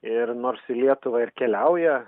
ir nors į lietuvą ir keliauja